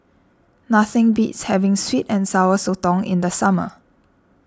nothing beats having Sweet and Sour Sotong in the summer